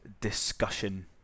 discussion